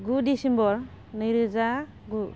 गु डिसेम्बर नैरोजा गु